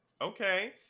Okay